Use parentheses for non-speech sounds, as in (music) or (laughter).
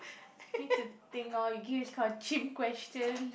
(noise) need to think lor you give this kind of chim questions